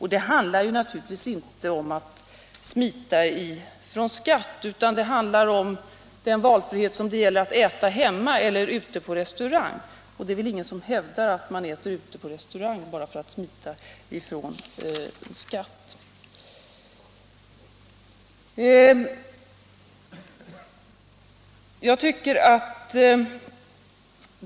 Det handlar naturligtvis inte om att smita från skatt, utan det handlar om samma valfrihet som om man skall äta hemma eller ute på restaurang. Ingen hävdar väl att man smiter från skatt när man äter hemma i stället för att gå på restaurang.